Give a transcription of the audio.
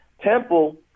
Temple